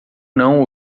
não